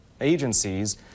agencies